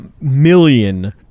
million